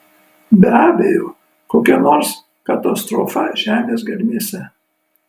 be abejo kokia nors katastrofa žemės gelmėse